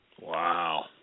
Wow